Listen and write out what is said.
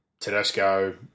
Tedesco